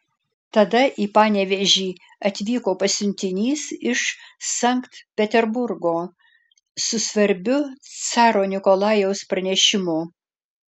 tada į panevėžį atvyko pasiuntinys iš sankt peterburgo su svarbiu caro nikolajaus pranešimu